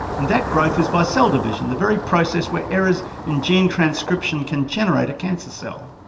and that growth is by cell division, the very process where errors in gene transcription can generate a cancer cell.